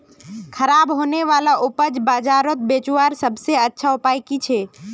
ख़राब होने वाला उपज बजारोत बेचावार सबसे अच्छा उपाय कि छे?